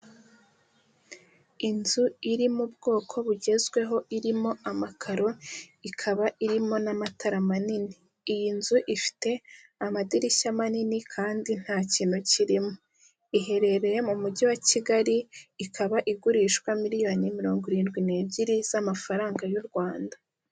Inzu iri mu bwoko bugezweho irimo amakaro, ikaba irimo n'amatara manini, iyi nzu ifite amadirishya manini kandi nta kintu kirimo, iherereye mu mujyi wa Kigali, ikaba igurishwa miliyoni mirongo irindwi n'ebyiri z'amafaranga y'u Rwanda.